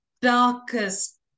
darkest